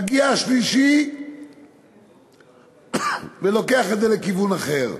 ומגיע השלישי ולוקח את זה לכיוון אחר.